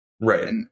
Right